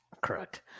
Correct